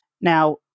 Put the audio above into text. Now